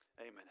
Amen